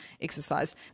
exercise